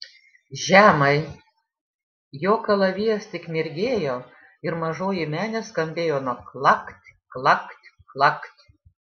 žemai jo kalavijas tik mirgėjo ir mažoji menė skambėjo nuo klakt klakt klakt